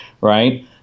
right